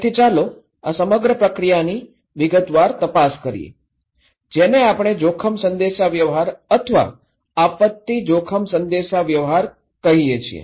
તેથી ચાલો આ સમગ્ર પ્રક્રિયાની વિગતવાર તપાસ કરીએ જેને આપણે જોખમ સંદેશાવ્યવહાર અથવા આપત્તિ જોખમ સંદેશાવ્યવહાર કહીએ છીએ